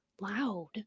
loud